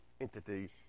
entity